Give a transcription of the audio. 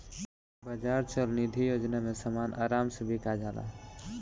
बाजार चल निधी योजना में समान आराम से बिका जाला